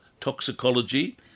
toxicology